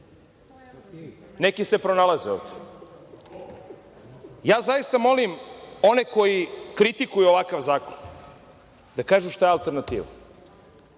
Neki se pronalaze ovde. Zaista molim one koji kritikuju ovakav zakon da kažu šta je alternativa.